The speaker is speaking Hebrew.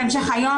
בהמשך היום,